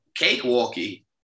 cakewalky